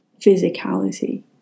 physicality